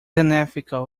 unethical